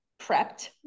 prepped